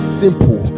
simple